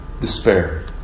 despair